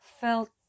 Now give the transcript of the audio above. felt